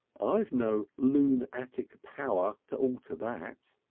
i've no lune-attic power to alter that.